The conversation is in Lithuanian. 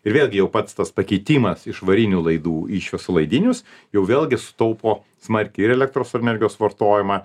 ir vėlgi jau pats tas pakeitimas iš varinių laidų į šviesolaidinius jau vėlgi sutaupo smarkiai ir elektros energijos vartojimą